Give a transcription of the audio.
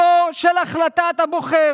כן, כן, מותר עדיין.